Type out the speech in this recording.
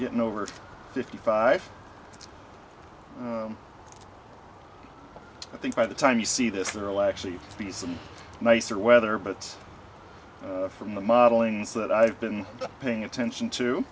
getting over fifty five i think by the time you see this girl actually be some nicer weather but from the modeling that i've been paying attention